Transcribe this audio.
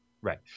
right